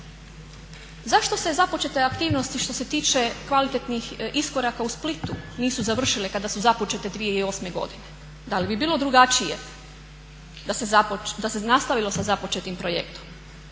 Zašto se započete aktivnosti što se tiče kvalitetnih iskoraka u Splitu nisu završile kada su započete 2008. godine? Da li bi bilo drugačije da se nastavilo sa započetim projektom?